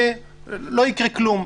זה לא נכון?